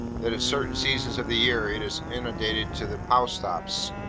that at certain seasons of the year it is inundated to the house-tops,